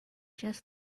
just